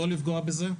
לא לפגוע בזה,